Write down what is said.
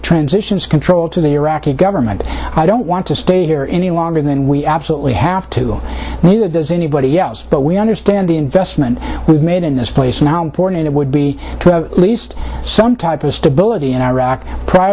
transitions control to the iraqi government i don't want to stay here any longer than we absolutely have to if there's anybody else but we understand the investment we've made in this place now important it would be least some type of stability in iraq prior